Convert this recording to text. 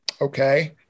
okay